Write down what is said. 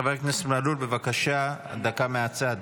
חבר הכנסת מלול, בבקשה, דקה מהצד.